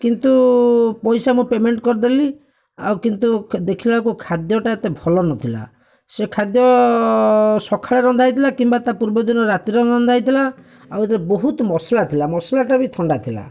କିନ୍ତୁ ପଇସା ମୁଁ ପେମେଣ୍ଟ୍ କରିଦେଲି ଆଉ କିନ୍ତୁ ଦେଖିଲା ବେଳକୁ ଖାଦ୍ୟଟା ଏତେ ଭଲ ନଥିଲା ସେ ଖାଦ୍ୟ ସଖାଳେ ରନ୍ଧା ହୋଇଥିଲା କିମ୍ବା ତା ପୂର୍ବଦିନ ରାତିରେ ରନ୍ଧା ହୋଇଥିଲା ଆଉ ବହୁତ ମସଲା ଥିଲା ମସଲାଟା ବି ଥଣ୍ଡା ଥିଲା